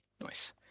nice